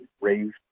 raised